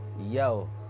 Yo